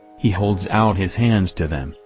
he holds out his hands to them,